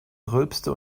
rülpste